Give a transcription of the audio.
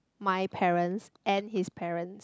my parents and his parents